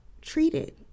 treated